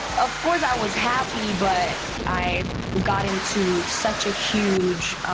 of course, i was happy, but i got into such a huge.